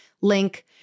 link